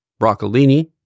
broccolini